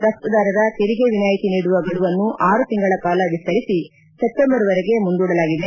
ರಫ್ತುದಾರರ ತೆರಿಗೆ ವಿನಾಯಿತಿ ನೀಡುವ ಗಡುವನ್ನು ಆರು ತಿಂಗಳ ಕಾಲ ವಿಸ್ತರಿಸಿ ಸೆಪ್ಟೆಂಬರ್ವರೆಗೆ ಮುಂದೂಡಲಾಗಿದೆ